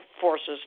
Forces